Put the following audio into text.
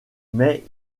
mais